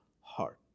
heart